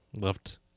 left